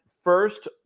first